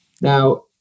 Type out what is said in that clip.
Now